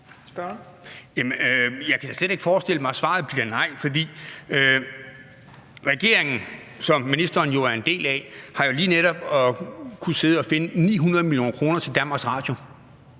Jeg kan slet ikke forestille mig, at svaret bliver nej. For regeringen, som ministeren er en del af, har jo lige netop kunnet sidde og finde 900 mio. kr. til Danmarks Radio.